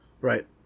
Right